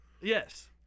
Yes